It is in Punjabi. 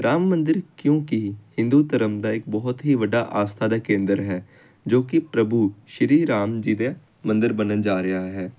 ਰਾਮ ਮੰਦਰ ਕਿਉਂਕਿ ਹਿੰਦੂ ਧਰਮ ਦਾ ਇੱਕ ਬਹੁਤ ਹੀ ਵੱਡਾ ਆਸਥਾ ਦਾ ਕੇਂਦਰ ਹੈ ਜੋ ਕਿ ਪ੍ਰਭੂ ਸ਼੍ਰੀ ਰਾਮ ਜੀ ਦੇ ਮੰਦਰ ਬਣਨ ਜਾ ਰਿਹਾ ਹੈ